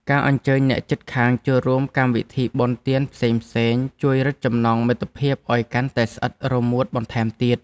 ការអញ្ជើញអ្នកជិតខាងចូលរួមកម្មវិធីបុណ្យទានផ្សេងៗជួយរឹតចំណងមិត្តភាពឱ្យកាន់តែស្អិតរមួតបន្ថែមទៀត។